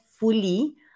Fully